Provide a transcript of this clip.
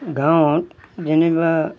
গাঁৱত যেনেবা